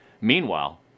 Meanwhile